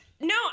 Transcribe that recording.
No